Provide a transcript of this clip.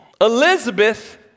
Elizabeth